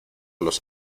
los